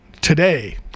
today